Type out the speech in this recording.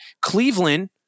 Cleveland